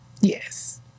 yes